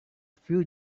few